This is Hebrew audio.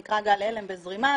הוא נקרא גל הלם בזרימה,